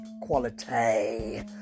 quality